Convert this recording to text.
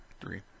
Three